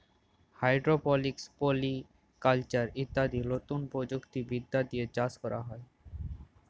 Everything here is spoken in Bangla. হাইড্রপলিক্স, পলি কালচার ইত্যাদি লতুন প্রযুক্তি বিদ্যা দিয়ে চাষ ক্যরা হ্যয়